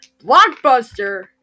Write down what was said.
Blockbuster